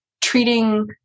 treating